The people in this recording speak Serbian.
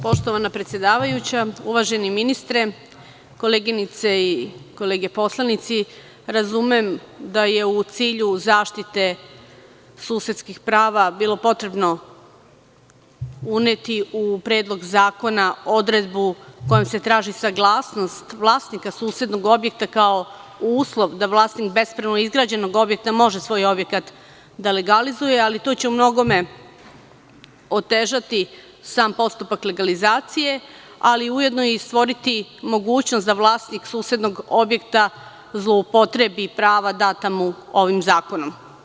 Poštovana predsedavajuća, uvaženi ministre, koleginice i kolege poslanici, razumem da je u cilju zaštite susedskih prava bilo potrebno uneti u Predlog zakona odredbu kojom se traži saglasnost vlasnika susednog objekta kao uslov da vlasnik bespravno izgrađenog objekta može svoj objekat da legalizuje ali to će u mnogome otežati sam postupak legalizacije, ali i ujedno stvoriti mogućnost da vlasnik susednog objekta zloupotrebi prava data mu ovim zakonom.